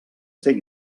ser